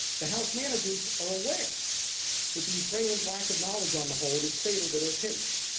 the house managers are aware that the ukrainians lack of knowledge on the hold is fatal to their case.